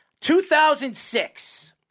2006